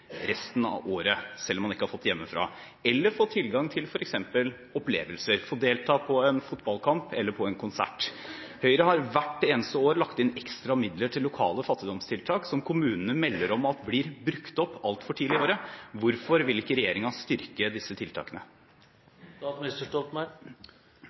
resten av året – selv om man ikke har fått det hjemme – eller få tilgang til f.eks. opplevelser, få delta på en fotballkamp eller på en konsert. Høyre har hvert eneste år lagt inn ekstra midler til lokale fattigdomstiltak, som blir brukt opp altfor tidlig på året, melder kommunene om. Hvorfor vil ikke regjeringen styrke disse